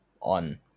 on